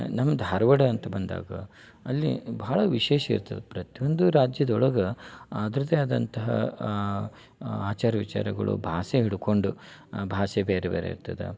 ನಮ್ಮ ಧಾರ್ವಾಡ ಅಂತ ಬಂದಾಗ ಅಲ್ಲಿ ಭಾಳ ವಿಶೇಷ ಇರ್ತದ ಪ್ರತಿಯೊಂದು ರಾಜ್ಯದೊಳಗೆ ಅದ್ರದ್ದೇ ಆದಂಥ ಆಚಾರ ವಿಚಾರಗಳು ಭಾಷೆ ಹಿಡ್ಕೊಂಡು ಭಾಷೆ ಬೇರೆ ಬೇರೆ ಇರ್ತದೆ